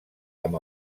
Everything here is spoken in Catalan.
amb